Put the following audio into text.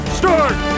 Start